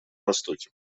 востоке